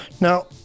Now